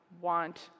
want